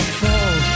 fall